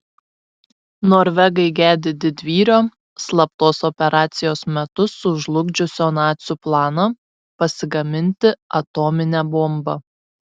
norvegai gedi didvyrio slaptos operacijos metu sužlugdžiusio nacių planą pasigaminti atominę bombą